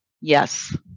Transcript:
Yes